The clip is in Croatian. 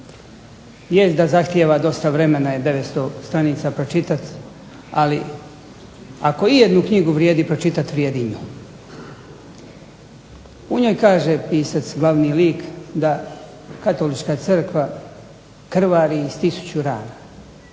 Jest da zahtijeva dosta vremena 900 stranica pročitat, ali ako ijednu knjigu vrijedi pročitat vrijedi i nju. U njoj kaže pisac glavni lik da katolička crkva krvari iz tisuću rana,